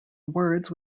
words